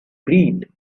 read